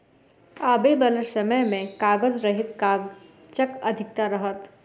आबयबाला समय मे कागज रहित काजक अधिकता रहत